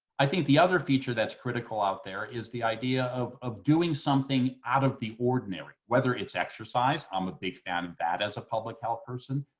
i think the other feature that's critical out there is the idea of of doing something out of the ordinary. whether it's exercise, i'm a big fan of that as a public health person,